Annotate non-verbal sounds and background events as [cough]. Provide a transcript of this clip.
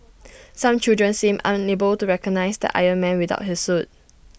[noise] some children seemed unable to recognise the iron man without his suit